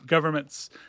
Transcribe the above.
Government's